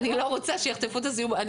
אני לא רוצה שיחטפו את הזיהום ---.